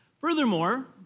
Furthermore